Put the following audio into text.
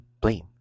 blame